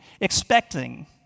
expecting